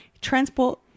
transport